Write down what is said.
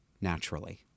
naturally